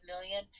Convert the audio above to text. million